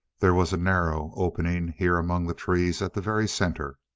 there was a narrow opening here among the trees at the very center.